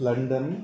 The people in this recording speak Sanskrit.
लण्डन्